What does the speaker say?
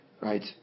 Right